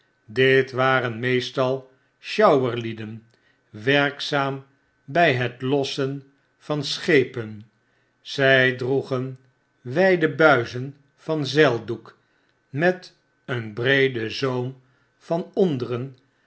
dit waren meestal sjouwerlieden werkzaam bij het lossen van schepen zy droegen w jjde buizen van zeildoek met een breeden zoom van onderen